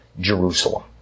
Jerusalem